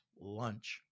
lunch